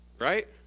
Right